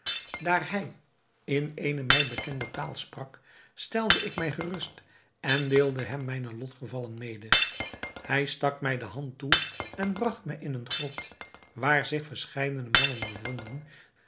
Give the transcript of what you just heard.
hij in eene mij bekende taal sprak stelde ik mij gerust en deelde hem mijne lotgevallen mede hij stak mij de hand toe en bragt mij in eene grot waar zich verscheidene mannen bevonden